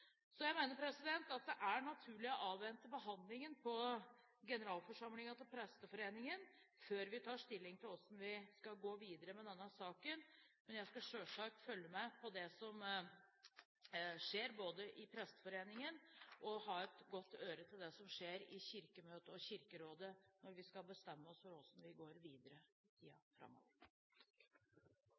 Så jeg mener at det er naturlig å avvente behandlingen på Presteforeningens generalforsamling før vi tar stilling til hvordan vi skal gå videre med denne saken. Men jeg skal selvsagt både følge med på det som skjer i Presteforeningen, og ha et godt øre til det som skjer i Kirkemøtet og Kirkerådet når vi skal bestemme oss for hvordan vi går videre i tiden framover.